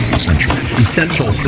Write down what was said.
Essential